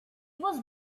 was